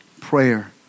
prayer